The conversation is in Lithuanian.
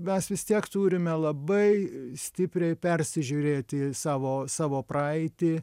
mes vis tiek turime labai stipriai persižiūrėti savo savo praeitį